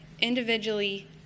individually